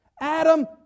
Adam